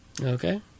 Okay